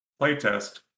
playtest